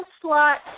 slot